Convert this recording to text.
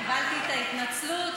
קיבלתי את ההתנצלות,